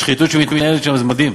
השחיתות שם, זה מדהים.